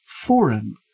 foreign